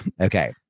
okay